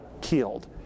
killed